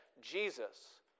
Jesus